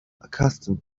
accustomed